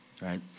right